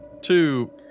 Two